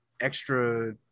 extra